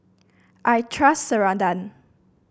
I trust Ceradan